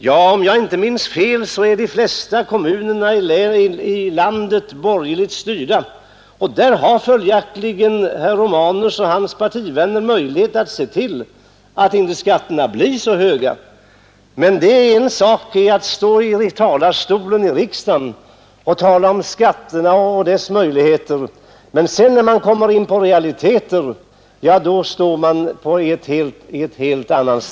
Men om jag inte minns fel är de flesta kommuner i landet borgerligt styrda, och där har följaktligen herr Romanus och hans partivänner möjlighet att se till att skatterna inte blir så höga. Det är en sak att stå i talarstolen i riksdagen och tala om skatterna och möjligheterna därvidlag — när man kommer in på realiteter blir ställningen en helt annan.